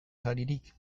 saririk